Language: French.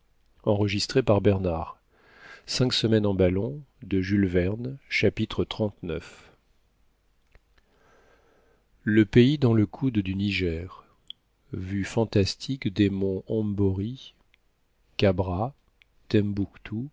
chapitre xxxix le pays dans le coude du niger vue fantastique des monts